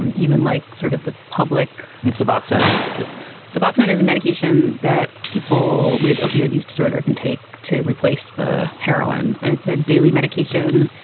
and even like sort of the public. and suboxone is just suboxone is a medication that people with opioid use disorder can take to replace the heroin. and it's a daily medication.